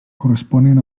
corresponen